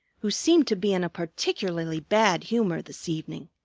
who seemed to be in a particularly bad humor this evening.